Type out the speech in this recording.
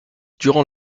durant